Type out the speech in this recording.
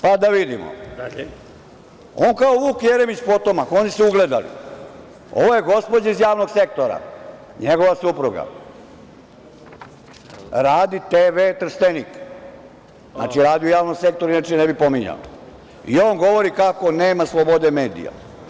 Pa, da vidimo, on kao Vuk Jeremić, potomak, oni su ugledali ove gospođe iz javnog sektora, njegova supruga radi TV Trstenik, znači radi u javnom sektoru, inače ne bih pominjao i on govori kako nema slobode medija.